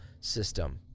system